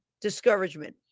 discouragement